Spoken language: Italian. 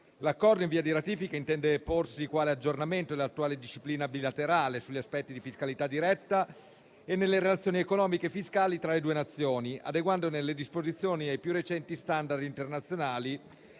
L'Accordo in via di ratifica intende porsi quale aggiornamento dell'attuale disciplina bilaterale sugli aspetti di fiscalità diretta e nelle relazioni economiche e fiscali tra le due Nazioni, adeguandone le disposizioni ai più recenti *standard* internazionali